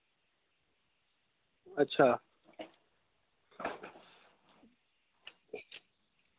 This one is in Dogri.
अच्छा